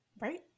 Right